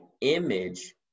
image